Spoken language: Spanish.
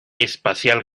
espacial